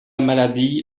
maladie